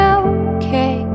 okay